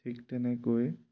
ঠিক তেনেকৈ